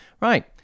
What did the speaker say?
Right